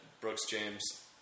Brooks-James